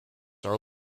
are